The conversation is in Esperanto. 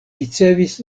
ricevis